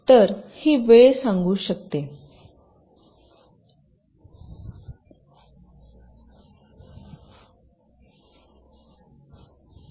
तर ही वेळ सांगू शकते वेळ पहा 1600